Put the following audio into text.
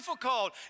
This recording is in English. difficult